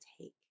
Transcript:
take